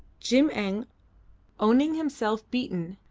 jim-eng, owning himself beaten,